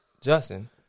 Justin